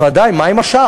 אבל, בוודאי, מה עם השאר?